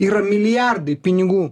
yra milijardai pinigų